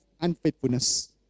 unfaithfulness